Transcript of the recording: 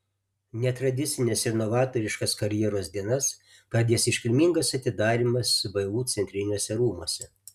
netradicines ir novatoriškas karjeros dienas pradės iškilmingas atidarymas vu centriniuose rūmuose